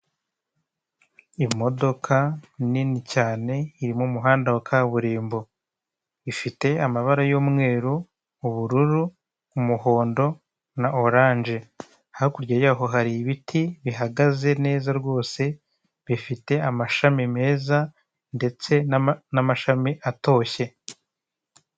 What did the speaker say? Imodoka nini cyane iri mu muhanda wa kaburimbo, ifite amabara y'umweru, ubururu, umuhondo na orange, hakurya yaho hari ibiti bihagaze neza rwose bifite amashami meza ndetse n'amashami atoshye.